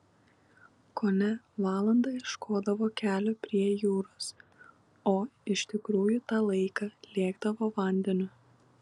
kone valandą ieškodavo kelio prie jūros o iš tikrųjų tą laiką lėkdavo vandeniu